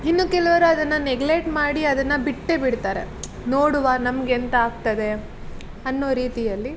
ಇನ್ನು ಕೆಲವರು ಅದನ್ನು ನೆಗ್ಲೆಕ್ಟ್ ಮಾಡಿ ಅದನ್ನು ಬಿಟ್ಟೆ ಬಿಡ್ತಾರೆ ನೋಡುವ ನಮಗೆ ಎಂಥ ಆಗ್ತದೆ ಅನ್ನೋ ರೀತಿಯಲ್ಲಿ